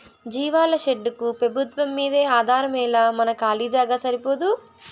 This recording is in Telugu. జీవాల షెడ్డుకు పెబుత్వంమ్మీదే ఆధారమేలా మన కాలీ జాగా సరిపోదూ